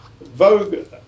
Vogue